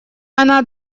она